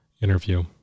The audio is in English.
interview